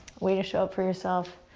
way to show up for yourself.